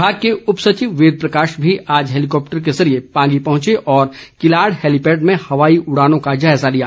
विमाग के उप सचिव वेद प्रकाश भी आज हैलीकॉप्टर के जरिए पांगी पहुंचे और किलाड़ हैलीपैड में हवाई उड़ानों का जायजा लिया